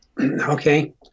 Okay